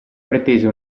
pretese